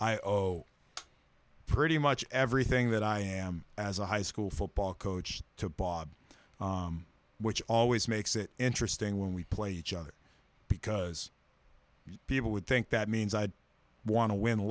owe pretty much everything that i am as a high school football coach to bob which always makes it interesting when we play each other because people would think that means i want to win